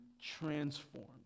transformed